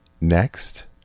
next